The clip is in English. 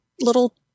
little